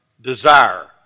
desire